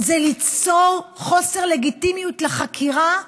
ליצור חוסר לגיטימיות לחקירה,